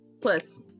plus